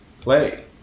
play